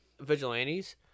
vigilantes